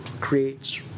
creates